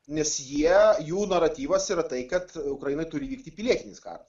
nes jie jų naratyvas yra tai kad ukrainoj turi vykti pilietinis karas